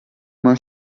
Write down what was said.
man